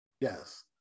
yes